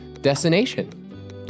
destination